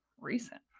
recent